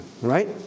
right